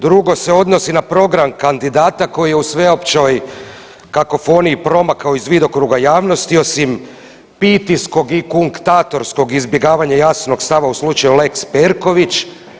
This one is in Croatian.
Drugo se odnosi na program kandidata koji je u sveopćoj kakofoniji promakao iz vidokruga javnosti osim pitijskog i konktatorskog izbjegavanja jasnog stava u slučaju Lex Perković.